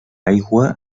aigua